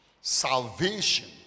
salvation